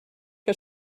que